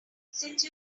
since